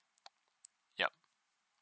yup